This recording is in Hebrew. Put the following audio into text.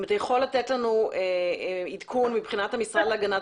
אם אתה יכול לתת לנו עדכון מבחינת המשרד להגנת